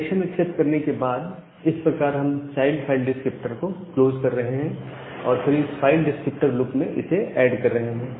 connection accept करने के बाद इस प्रकार हम चाइल्ड फाइल डिस्क्रिप्टर को क्लोज कर रहे हैं और फिर इस फाइल डिस्क्रिप्टर लुप में इसे ऐड कर रहे हैं